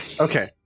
okay